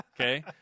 okay